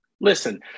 Listen